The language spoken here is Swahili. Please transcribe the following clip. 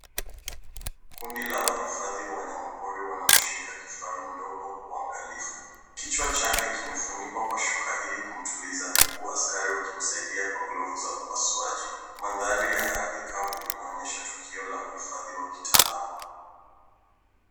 Kundi la wahifadhi wa wanyamapori wanamshika kifaru mdogo kwa uangalifu. Kichwa chake kimefunikwa kwa shuka ili kumtuliza huku askari wakimsaidia kwa glovu za upasuaji. Mandhari ya ardhi kavu inaonyesha tukio la uhifadhi wa kitaalamu.